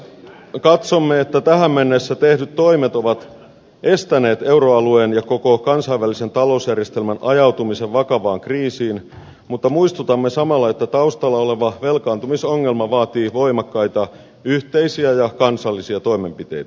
katsomme että tähän mennessä tehdyt toimet ovat estäneet euroalueen ja koko kansainvälisen talousjärjestelmän ajautumisen vakavaan kriisiin mutta muistutamme samalla että taustalla oleva velkaantumisongelma vaatii voimakkaita yhteisiä ja kansallisia toimenpiteitä